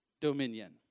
dominion